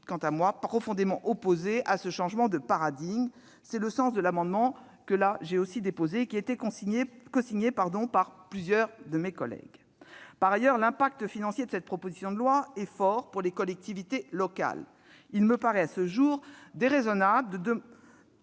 Or je suis profondément opposée à ce changement de paradigme. C'est le sens de l'amendement que j'ai déposé, cosigné par plusieurs de mes collègues. Par ailleurs, l'impact financier de cette proposition de loi est fort pour les collectivités locales. Il me paraît à ce jour déraisonnable.